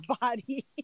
body